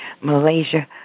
Malaysia